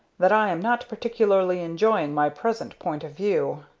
that i am not particularly enjoying my present point of view.